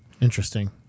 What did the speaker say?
Interesting